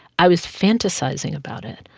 i was fantasizing about it.